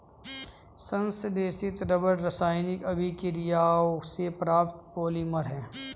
संश्लेषित रबर रासायनिक अभिक्रियाओं से प्राप्त पॉलिमर है